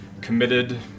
committed